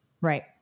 Right